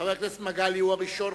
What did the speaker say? חבר הכנסת מגלי והבה הוא הראשון,